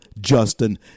Justin